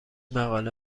مقاله